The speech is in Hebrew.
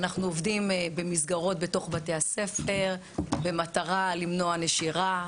אנחנו עובדים במסגרות בתוך בתי הספר במטרה למנוע נשירה,